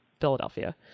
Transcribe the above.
Philadelphia